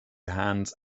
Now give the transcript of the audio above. hands